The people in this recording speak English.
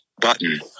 button